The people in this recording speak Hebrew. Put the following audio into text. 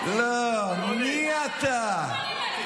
למי אתה אומר את זה?